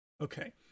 Okay